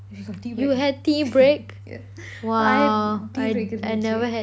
we got tea break yup but I have tea break இருந்துச்சி:irunthuchi